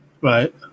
right